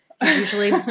Usually